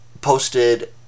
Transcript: posted